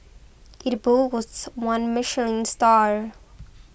it one Michelin star